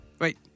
Wait